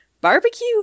barbecue